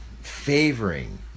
favoring